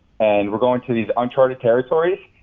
and we're going into these uncharted territories.